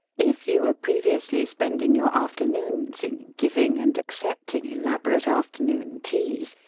if you were previously spending your aft ernoons in giving and accepting elaborate after noon teas,